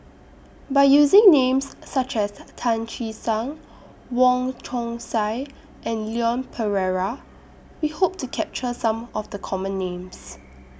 By using Names such as Tan Che Sang Wong Chong Sai and Leon Perera We Hope to capture Some of The Common Names